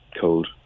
cold